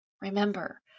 remember